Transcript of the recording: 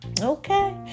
Okay